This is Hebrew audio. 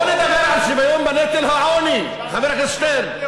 בוא נדבר על שוויון בעוני, חבר הכנסת שטרן.